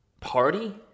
party